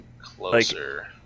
Closer